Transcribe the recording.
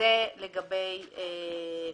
זה לגבי פיקדון.